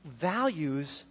Values